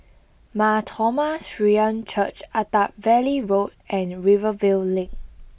Mar Thoma Syrian Church Attap Valley Road and Rivervale Link